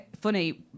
funny